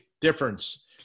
difference